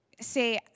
say